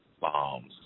bombs